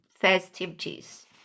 festivities